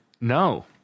No